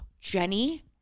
Jenny